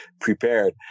prepared